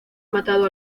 matado